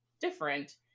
different